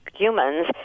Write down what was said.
humans